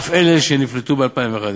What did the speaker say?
גם אלה שנפלטו ב-2011,